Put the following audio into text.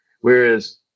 whereas –